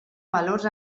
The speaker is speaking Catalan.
valors